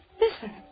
Listen